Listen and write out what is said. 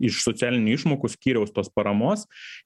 iš socialinių išmokų skyriaus tos paramos